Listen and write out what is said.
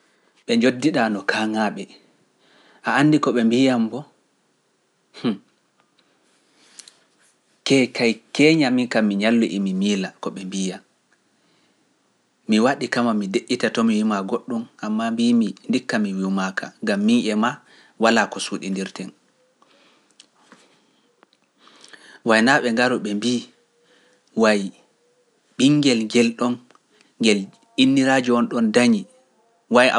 Ɓe njoddi ɗaa no kaaŋaaɓe, a andi ko ɓe mbiyan mbo, kee kay keeña min kam mi ñallu e mi miila ko ɓe mbiyan, mi waɗi kama mi deƴƴita to mi yuma goɗɗum, ammaa mbiyimi ndikka mi yumaaka wayi ɓingel ngel ɗon ngel inniraaji won ɗon dañi wayi a waawi ɓe njani